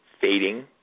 fading